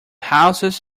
houses